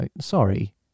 sorry